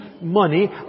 money